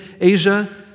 Asia